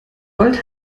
bald